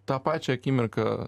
tą pačią akimirką